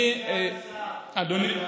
אני, סגן השר,